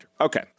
Okay